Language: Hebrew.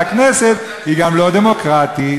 והכנסת היא גם לא דמוקרטית.